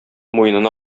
муенына